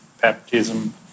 baptism